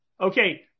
Okay